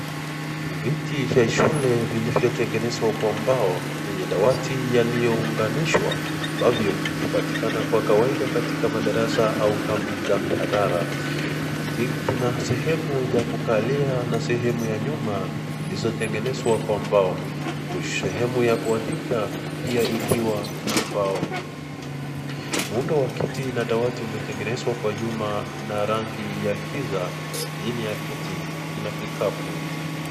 Viti vya shule vilivyotengenezwa kwa mbao yenye dawati yaliyo onganishwa ambavyo hupatikana kwa kawaida katika madarasa au kambi za mihadhara. Kiti hiki kina sehemu ya kukalia na sehemu ya nyuma zilizotengenezwa kwa mbao. Huku sehemu ya kuandika ikiwa na mbao. Muundo wa kiti na dawati umetengenezwa kwa nyuma na rangi ya giza chini ya kiti kina kikapu.